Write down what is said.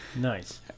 nice